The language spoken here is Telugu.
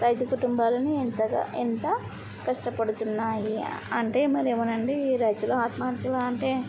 రైతు కుటుంబాలని ఎంతగా ఎంత కష్టపడుతున్నాయి అంటే మరెమోనండీ రైతులు ఆత్మహత్యలు అంటే